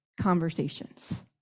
conversations